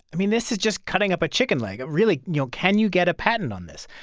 i mean, this is just cutting up a chicken leg. really, you know, can you get a patent on this?